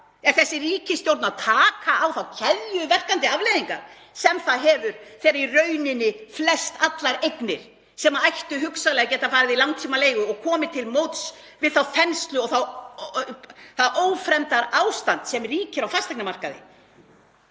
Er þessi ríkisstjórn að takast á við þær keðjuverkandi afleiðingar sem það hefur þegar flestallar eignir, sem ættu hugsanlega að geta farið í langtímaleigu og komið til móts við þá þenslu og það ófremdarástand sem ríkir á fasteignamarkaði,